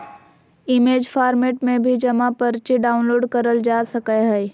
image format में भी जमा पर्ची डाउनलोड करल जा सकय हय